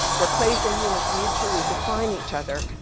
where place and humans mutually define each other,